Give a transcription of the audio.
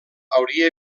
hauria